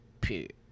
Period